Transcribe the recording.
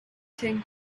thing